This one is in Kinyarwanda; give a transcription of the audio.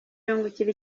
yungukira